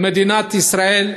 למדינת ישראל,